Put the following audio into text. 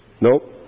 Nope